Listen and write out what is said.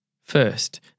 First